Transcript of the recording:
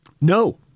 No